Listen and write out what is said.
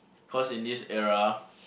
cause in this era